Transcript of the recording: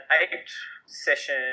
eight-session